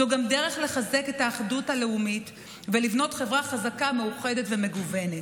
זו גם דרך לחזק את האחדות הלאומית ולבנות חברה חזקה מאוחדת ומגוונת.